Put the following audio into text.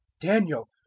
daniel